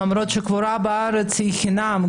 למרות שהקבורה בארץ היא חינם,